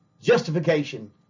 Justification